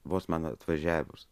vos man atvažiavus